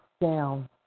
down